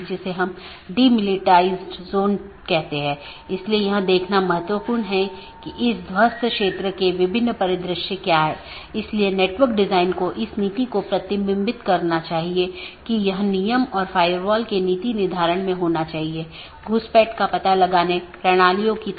BGP को एक एकल AS के भीतर सभी वक्ताओं की आवश्यकता होती है जिन्होंने IGBP कनेक्शनों को पूरी तरह से ठीक कर लिया है